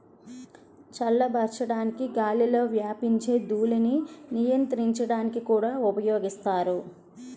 చల్లబరచడానికి గాలిలో వ్యాపించే ధూళిని నియంత్రించడానికి కూడా ఉపయోగిస్తారు